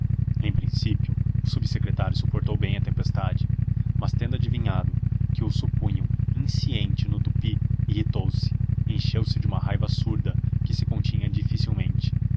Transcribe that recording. em princípio o subsecretário suportou bem a tempestade mas tendo adivinhado que o supunham insciente no tupi irritou se encheu-se de uma raiva surda que se continha dificilmente